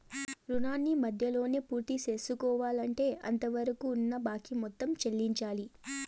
రుణాన్ని మధ్యలోనే పూర్తిసేసుకోవాలంటే అంతవరకున్న బాకీ మొత్తం చెల్లించాలి